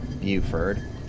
Buford